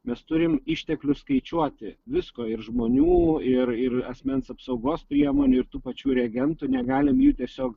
mes turim išteklius skaičiuoti visko ir žmonių ir ir asmens apsaugos priemonių ir tų pačių regentų negalim jų tiesiog